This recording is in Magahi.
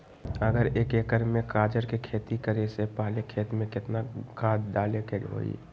अगर एक एकर में गाजर के खेती करे से पहले खेत में केतना खाद्य डाले के होई?